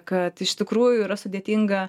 kad iš tikrųjų yra sudėtinga